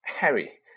Harry